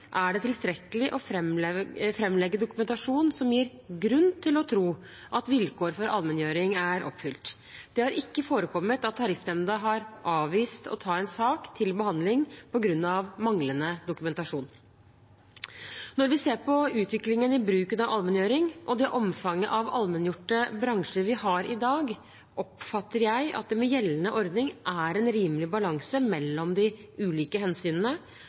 er det tilstrekkelig å framlegge dokumentasjon som gir grunn til å tro at vilkår for allmenngjøring er oppfylt. Det har ikke forekommet at Tariffnemnda har avvist å ta en sak til behandling på grunn av manglende dokumentasjon. Når vi ser på utviklingen i bruken av allmenngjøring og det omfanget av allmenngjorte bransjer vi har i dag, oppfatter jeg at det med gjeldende ordning er en rimelig balanse mellom de ulike hensynene.